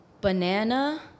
banana